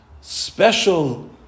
special